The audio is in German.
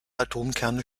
atomkerne